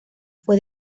fue